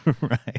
Right